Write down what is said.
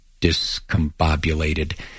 discombobulated